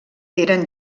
eren